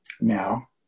now